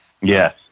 Yes